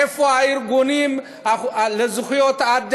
איפה הארגונים לזכויות אדם?